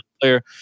player